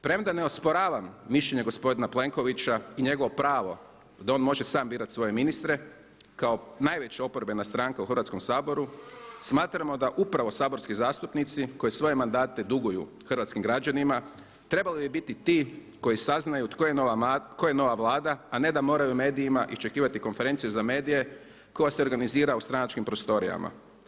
Premda ne osporavam mišljenja gospodina Plenkovića i njegovo pravo da on može sam birati svoje ministre kao najveća oporbena stranka u Hrvatskom saboru, smatramo da upravo saborski zastupnici koji svoje mandate duguju hrvatskim građanima trebali bi biti ti koji saznaju tko je nova Vlada a ne da moraju medijima iščekivati konferencije za medije koja se organizira u stranačkim prostorijama.